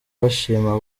bashima